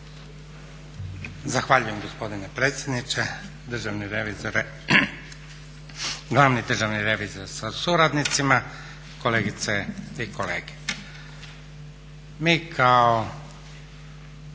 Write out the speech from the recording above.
Zahvaljujem gospodine predsjedniče, državni revizore, glavni državni revizore sa suradnicima, kolegice i kolege. Mi kao